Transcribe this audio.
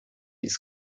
his